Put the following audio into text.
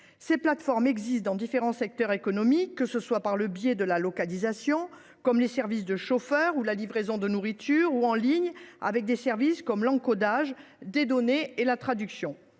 Ces plateformes existent dans différents secteurs économiques, que ce soit grâce à la localisation, avec les services de chauffeurs ou de livraison de nourriture, ou en ligne, avec des services d’encodage de données et de traduction.